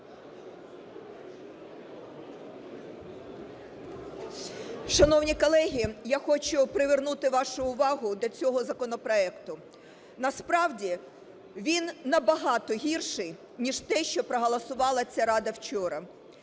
Шановні колеги, я хочу привернути вашу увагу до цього законопроекту. Насправді, він набагато гірший, ніж те, що проголосувала ця Рада вчора.